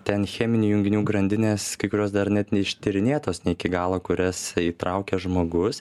ten cheminių junginių grandinės kai kurios dar net neištyrinėtos ne iki galo kurias įtraukia žmogus